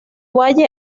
valle